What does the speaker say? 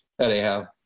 anyhow